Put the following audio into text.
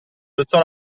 alzò